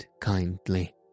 kindly